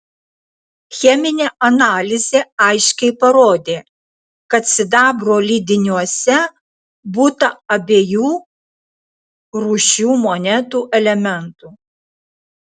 cheminė analizė aiškiai parodė kad sidabro lydiniuose būta abiejų rūšių monetų elementų